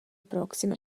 proxima